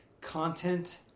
content